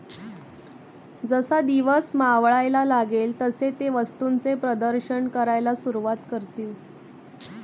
जसा दिवस मावळायला लागेल तसे ते वस्तूंचे प्रदर्शन करायला सुरुवात करतील